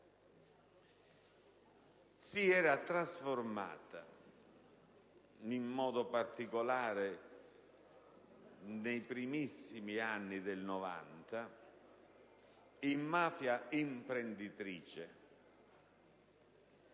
si è trasformata, in particolare nei primissimi anni del '90, in mafia imprenditrice,